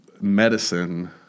medicine-